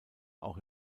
auch